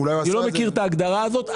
אני לא מכיר את ההגדרה הזו.